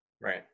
Right